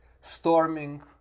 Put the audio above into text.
storming